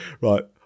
Right